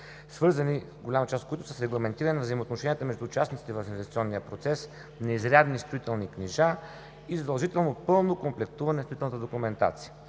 свързани, голяма част от които, с регламентиране на взаимоотношенията между участниците в инвестиционния процес, неизрядни строителни книжа и задължително пълно комплектуване на строителната документация.